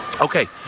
Okay